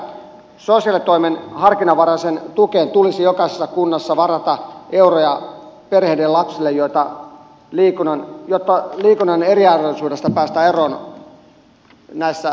viimeisenä haluan vielä mainita sen että sosiaalitoimen harkinnanvaraiseen tukeen tulisi jokaisessa kunnassa varata euroja perheiden lapsille jotta liikunnan eriarvoisuudesta päästään perheissä eroon